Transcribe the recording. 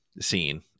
scene